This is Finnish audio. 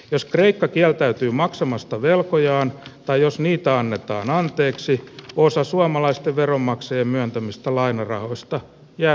jos kreikka kieltäytyy maksamasta velkojaan tai jos niitä annetaan anteeksi osan suomalaisten veronmaksajien myöntämistä lainarahoista jää